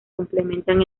complementan